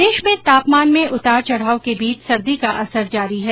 प्रदेश में तापमान में उतार चढ़ाव के बीच सर्दी का असर जारी है